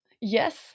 yes